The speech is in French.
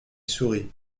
sourit